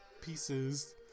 pieces